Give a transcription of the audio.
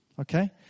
Okay